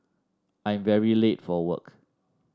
I'm very late for work